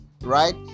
right